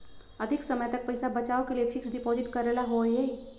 अधिक समय तक पईसा बचाव के लिए फिक्स डिपॉजिट करेला होयई?